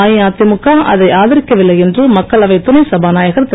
அஇஅதிமுக அதை ஆதரிக்கவில்லை என்று மக்களவை துணை சபா நாயகர் திரு